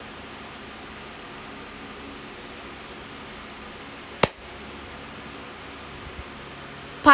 part